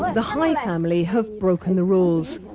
but the hi family have broken the rules.